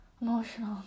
emotional